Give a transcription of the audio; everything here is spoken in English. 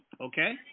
okay